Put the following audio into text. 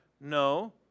No